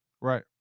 Right